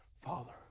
Father